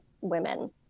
women